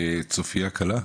צופיה קלה.